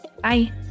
Bye